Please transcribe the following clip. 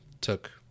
took